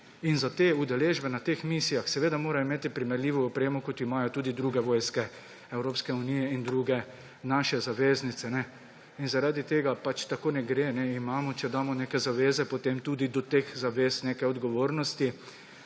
In za te udeležbe na teh misijah seveda morajo imeti primerljivo opremo, kot jo imajo tudi druge vojske Evropske unije in druge naše zaveznice. In zaradi tega pač tako ne gre. Imamo, če damo neke zaveze, potem tudi do teh zavez nekaj odgovornosti,